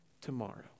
tomorrow